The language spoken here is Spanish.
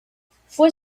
fue